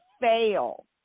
fail